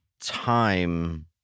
time